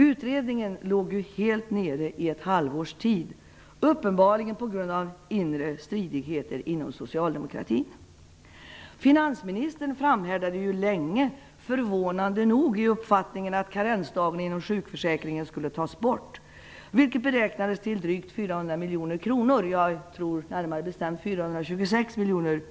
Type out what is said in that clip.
Utredningen låg helt nere under ett halvår, uppenbarligen på grund av inre stridigheter inom socialdemokratin. Finansministern framhärdade länge, förvånande nog, i uppfattningen att karensdagen inom sjukförsäkringen skulle tas bort, vilket beräknades till drygt 400 miljoner kronor - närmare bestämt, tror jag, 426 miljoner kronor.